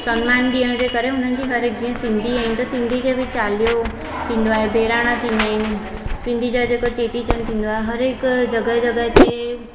समानु ॾियण जे करे उन्हनि जी हर हिकु जीअं सिंधी आहिनि त सिंधी जो बि चालीहो थींदो आहे बहिराणा थींदा आहिनि सिंधी जा जेको चेटीचंड थींदो आहे हर हिकु जॻह जॻह ते